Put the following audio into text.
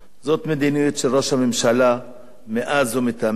זו מדיניות של ראש הממשלה מאז ומתמיד,